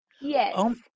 Yes